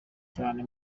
cyane